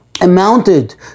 amounted